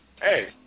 Hey